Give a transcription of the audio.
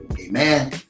Amen